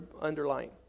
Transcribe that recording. underlying